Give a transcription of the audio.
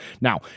Now